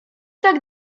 tak